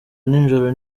ninjoro